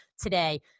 today